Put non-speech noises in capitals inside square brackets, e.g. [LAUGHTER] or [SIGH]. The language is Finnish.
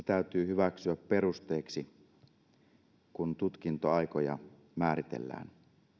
[UNINTELLIGIBLE] täytyy hyväksyä perusteeksi kun tutkintoaikoja määritellään